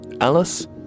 Alice